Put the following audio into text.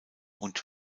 und